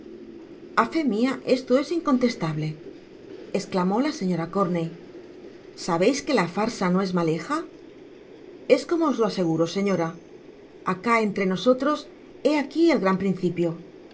fó mia esto es incontestable esclamó la señora corney sabeis que la farsa no es maleja es como os lo aseguro señora acá entre nosotros he aqui el gran principio y